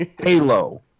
Halo